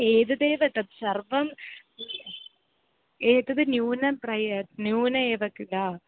एतदेव तत्सर्वं एतद् न्यूनं प्रयत्नः न्यूनः एव किल